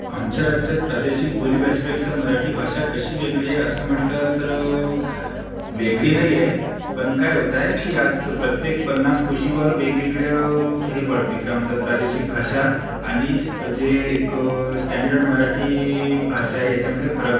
आमच्या राज्यात प्रादेशिक बोली भाषेपेक्षा मराठी भाषा कशी वेगळी आहे असं म्हटलं तर वेगळी नाही आहे पण काय होतं आहे की आज प्रत्येक पन्नास कोसावर हे वेगवेगळ्या हे पडते काय म्हणतात प्रादेशिक भाषा आणि स जे एक स्टँडर्ड मराठी भाषा याच्यामध्ये फरक पडते